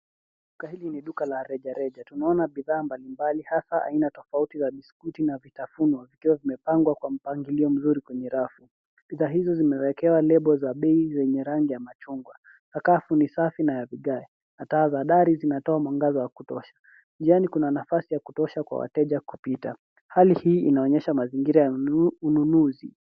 Duka hili ni duka la rejareja, tumeona bidhaa mbalimbali hasa aina tofauti za biskuti na vitafunio vikiwa vimepangwa kwa mpangilio mzuri kwenye rafu. Bidhaa hizo zimewekewa lebo za bei zenye rangi ya machungwa. Sakafu ni safi na ya vigae, na taa za dari zinatoa mwangaza wa kutosha. Njiani kuna nafasi ya kutosha kwa wateja kupita. Hali hii inaonyesha mazingira ya ununuzi.